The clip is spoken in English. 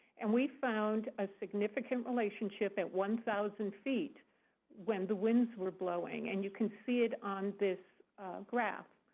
and we found a significant relationship at one thousand feet when the winds were blowing. and you can see it on this graph.